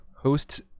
hosts